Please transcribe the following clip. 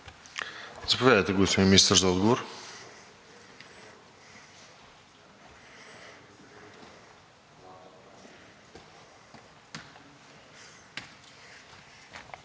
Заповядайте, господин Министър за отговор.